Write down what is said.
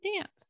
dance